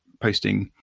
posting